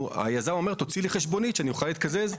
היזם מבקש חשבונית כדי להתקזז.